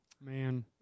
man